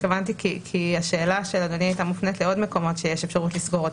כי השאלה של אדוני הייתה מופנית לעוד מקומות שיש אפשרות לסגור.